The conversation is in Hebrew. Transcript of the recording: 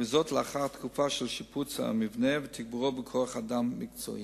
לאחר תקופה של שיפוץ המבנה ותגבורו בכוח-אדם מקצועי.